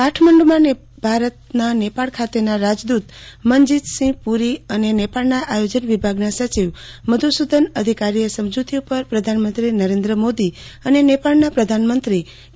કાઠમંડુમાં ભારતના નેપાળ ખાતેના રાજદૂત મનજીવસિંહ પુરી અને નેપાળના આયોજન વિભાગના સચિવ મધસુદન અધકારીએ સમજુતી ઉપર પ્રધાનમંત્રી નરેન્દ્ર મોદી અને નેપાળના પ્રધાનમંત્રી કે